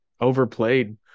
overplayed